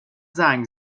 زنگ